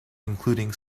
including